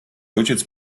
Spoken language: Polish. ojciec